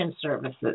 services